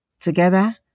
Together